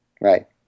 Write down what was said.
right